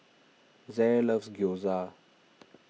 Zaire loves Gyoza